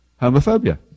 homophobia